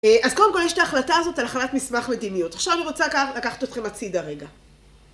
אז קודם כל יש את ההחלטה הזאת על החלטת מסמך מדיניות. עכשיו אני רוצה לקחת אתכם הצידה רגע.